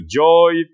joy